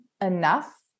enough